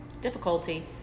difficulty